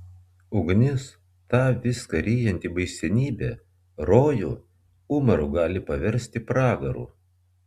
ugnis ta viską ryjanti baisenybė rojų umaru gali paversti pragaru